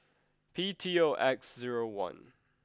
P T O X zero one